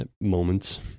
moments